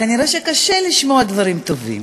כנראה קשה לשמוע דברים טובים.